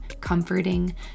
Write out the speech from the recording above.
comforting